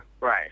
Right